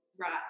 Right